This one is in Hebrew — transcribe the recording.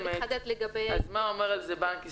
אז מה אומר על זה בנק ישראל?